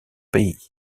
pays